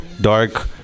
dark